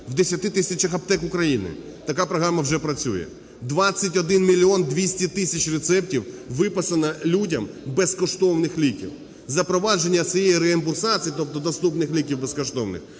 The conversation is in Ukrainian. тисячах аптек України така програма вже працює, 21 мільйон 200 тисяч рецептів виписано людям безкоштовних ліків. Запровадження цієї реімбурсації, тобто доступних ліків, безкоштовних,